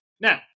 now